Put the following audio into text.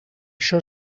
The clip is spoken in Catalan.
això